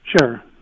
Sure